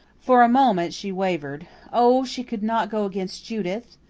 for a moment she wavered oh, she could not go against judith!